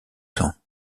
temps